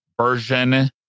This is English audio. version